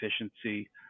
efficiency